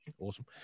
awesome